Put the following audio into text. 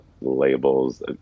labels